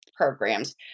programs